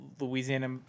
Louisiana